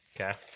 Okay